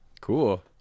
Cool